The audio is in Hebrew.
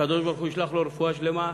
שהקדוש-ברוך-הוא ישלח לו רפואה שלמה,